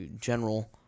general